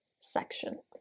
section